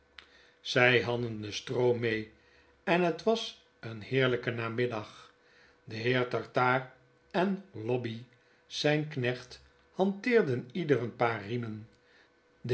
zij hadden den stroom mee en het was een heerlijke namiddag de heer tartaar en lobbey zijn knecht hanteerden ieder een paar riemen